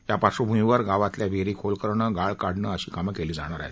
त्या पार्श्वभूमीवर गावातल्या विहिरी खोल करणं गाळ काढणं अशी कामं केली जाणार आहेत